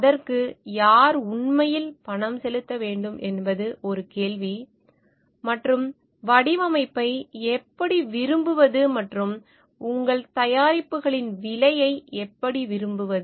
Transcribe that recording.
அதற்கு யார் உண்மையில் பணம் செலுத்த வேண்டும் என்பது ஒரு கேள்வி மற்றும் வடிவமைப்பை எப்படி விரும்புவது மற்றும் உங்கள் தயாரிப்புகளின் விலையை எப்படி விரும்புவது